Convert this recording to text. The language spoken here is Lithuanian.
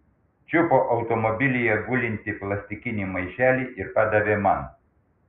čiupo automobilyje gulintį plastikinį maišelį ir padavė man